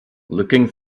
looking